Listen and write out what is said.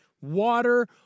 water